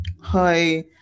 Hi